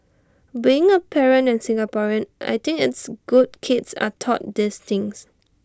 being A parent and Singaporean I think it's good kids are taught these things